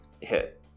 hit